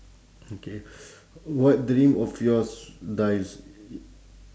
okay what dream of yours dies